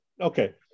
Okay